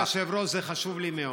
כבוד היושב-ראש, זה חשוב לי מאוד.